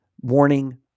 warning